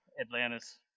Atlantis